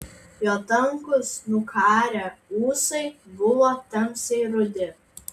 jo tankūs nukarę ūsai buvo tamsiai rudi